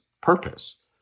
purpose